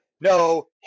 no